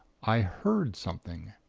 i heard something.